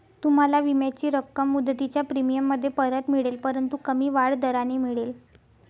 तुम्हाला विम्याची रक्कम मुदतीच्या प्रीमियममध्ये परत मिळेल परंतु कमी वाढ दराने मिळेल